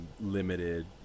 limited